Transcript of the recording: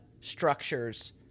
structures